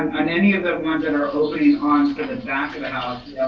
and any of the ones that are opening onto the the back of the house,